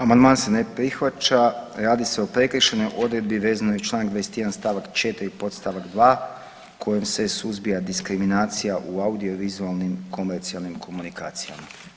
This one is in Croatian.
Amandman se ne prihvaća radi se o prekršajnoj odredbi vezano iz čl. 21. st. 4. podstavak 2. kojim se suzbija diskriminacija u audiovizualnim komercijalnim komunikacijama.